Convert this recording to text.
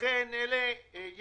לכן יש איתן